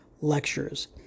lectures